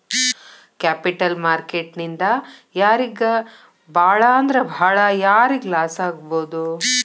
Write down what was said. Capital market ನಿಂದಾ ಯಾರಿಗ್ ಭಾಳಂದ್ರ ಭಾಳ್ ಯಾರಿಗ್ ಲಾಸಾಗ್ಬೊದು?